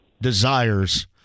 desires